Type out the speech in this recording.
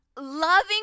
loving